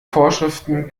vorschriften